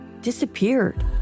disappeared